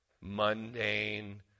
mundane